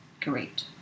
great